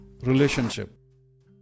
relationship